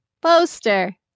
Poster